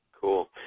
Cool